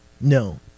No